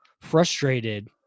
frustrated